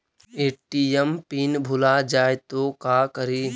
ATM PIN भुला जाए तो का करी?